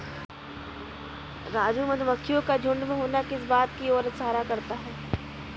राजू मधुमक्खियों का झुंड में होना किस बात की ओर इशारा करता है?